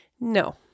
No